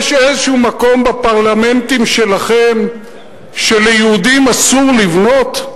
יש איזה מקום במדינות הפרלמנטים שלכם שליהודים אסור לבנות?